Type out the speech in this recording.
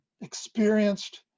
experienced